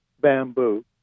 bamboo